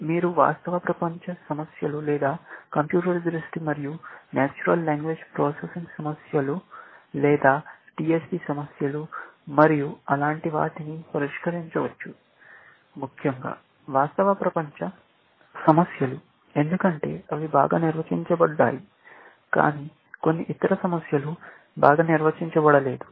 మీరు వాస్తవ ప్రపంచ సమస్యలు లేదా కంప్యూటర్ దృష్టి మరియు నేచురల్ లాంగ్వేజ్ ప్రాసెసింగ్ సమస్యలు లేదా TSP సమస్యలు మరియు అలాంటి వాటిని పరిష్కరించవచ్చు ముఖ్యంగా వాస్తవ ప్రపంచ సమస్యలు ఎందుకంటే అవి బాగా నిర్వచించబడ్డాయి కానీ కొన్ని ఇతర సమస్యలు బాగా నిర్వచించబడలేదు